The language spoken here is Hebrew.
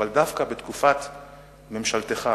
אבל דווקא בתקופת ממשלתך,